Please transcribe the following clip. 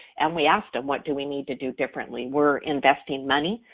and we asked them what do we need to do differently? we're investing money,